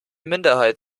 minderheit